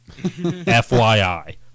FYI